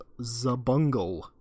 Zabungle